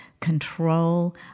control